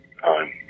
time